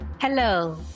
Hello